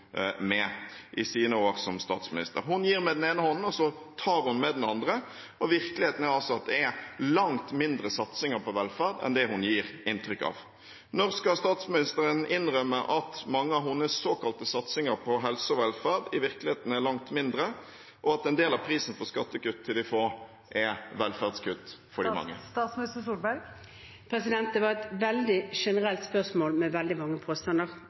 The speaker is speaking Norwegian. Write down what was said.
i sine år som statsminister. Hun gir med den ene hånden, og så tar hun med den andre. Virkeligheten er altså at det er langt mindre satsinger på velferd enn det hun gir inntrykk av. Når skal statsministeren innrømme at mange av hennes såkalte satsinger på helse og velferd i virkeligheten er langt mindre, og at en del av prisen for skattekutt til de få er velferdskutt for de mange? Det var et veldig generelt spørsmål med veldig mange påstander.